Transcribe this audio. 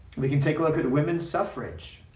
we can take a look at women's suffrage.